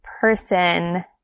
person